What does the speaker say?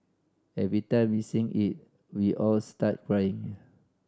every time we sing it we all start crying